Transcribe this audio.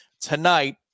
tonight